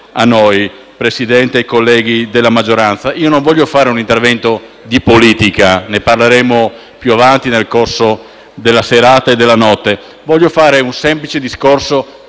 a noi, Presidente e colleghi della maggioranza. Non voglio fare un intervento di politica - ne parleremo più avanti nel corso della serata e della notte - ma voglio fare un semplice discorso